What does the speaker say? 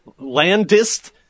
landist